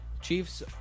Chiefs